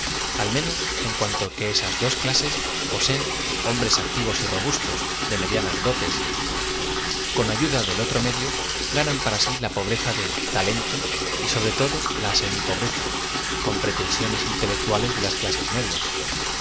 l menos en cuanto que esas dos clases poaeen hom brea activos y robustos de medianas dotes con ayu da del otro medio ganan para ai la pobreza de talenio yj aobre todo la sem ipobreza con pretensiones inte lectualea de laa ciases medias